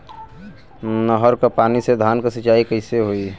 नहर क पानी से धान क सिंचाई कईसे होई?